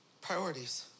Priorities